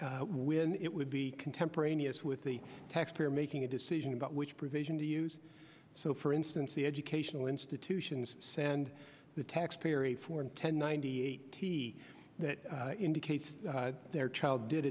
that when it would be contemporaneous with the tax payer making a decision about which provision to use so for instance the educational institutions send the taxpayer a form ten ninety eight that indicates their child did